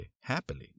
happily